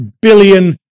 billion